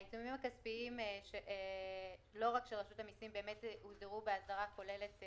העיצומים הכספיים לא רק של רשות המיסים באמת הוסדרו בהסדרה כוללת,